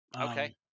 Okay